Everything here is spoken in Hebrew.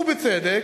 ובצדק,